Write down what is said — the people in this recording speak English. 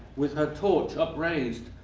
with her torch upraised,